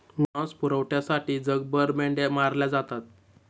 मांस पुरवठ्यासाठी जगभर मेंढ्या मारल्या जातात